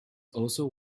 also